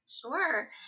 Sure